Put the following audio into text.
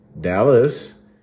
Dallas